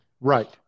Right